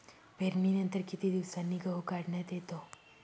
पेरणीनंतर किती दिवसांनी गहू काढण्यात येतो?